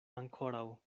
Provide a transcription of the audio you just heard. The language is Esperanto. ankoraŭ